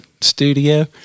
studio